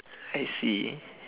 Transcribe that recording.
I see